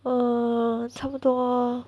err 差不多